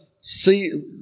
see